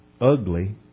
ugly